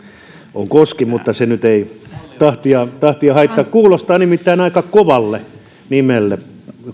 on koski mutta se nyt ei tahtia tahtia haittaa kuulostaa nimittäin aika kovalle nimelle